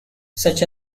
such